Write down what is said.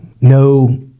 No